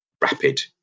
rapid